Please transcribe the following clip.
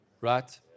right